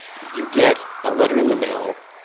you get a letter in the mail,